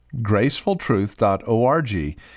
GracefulTruth.org